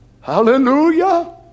hallelujah